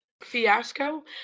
fiasco